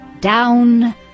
Down